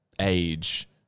age